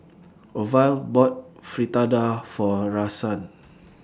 Orville bought Fritada For Rahsaan